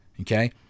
okay